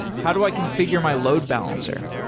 how do i configure my load balancer?